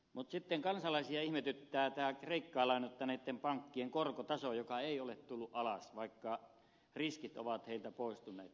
mutta sitten kansalaisia ihmetyttää tämä kreikkaa lainoittaneiden pankkien korkotaso joka ei ole tullut alas vaikka riskit ovat pankeilta poistuneet